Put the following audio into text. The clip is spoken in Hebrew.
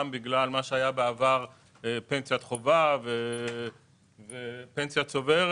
גם בגלל מה שהיה בעבר פנסיית חובה ופנסיה צוברת